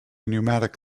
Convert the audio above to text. pneumatic